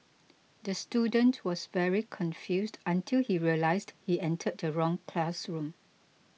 the student was very confused until he realised he entered the wrong classroom